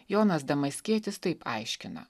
jonas damaskietis taip aiškina